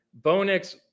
Bonex